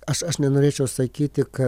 aš aš nenorėčiau sakyti kad